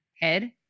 head